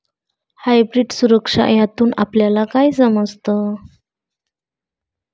Hybrid सुरक्षा यातून आपल्याला काय समजतं?